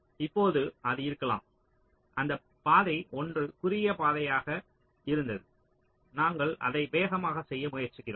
இப்போது அது இருக்கலாம் அந்த பாதை 1 குறுகிய பாதையாக இருந்தது நாங்கள் அதை வேகமாக செய்ய முயற்சிக்கிறோம்